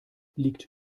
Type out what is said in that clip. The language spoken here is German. liegt